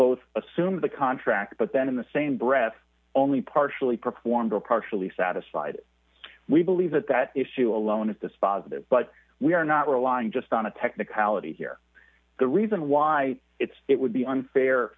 both assume the contract but then in the same breath only partially performed or partially satisfied we believe that that issue alone is dispositive but we are not relying just on a technicality here the reason why it's it would be unfair